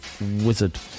wizard